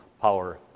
power